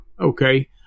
Okay